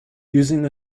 using